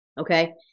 Okay